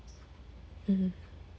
mm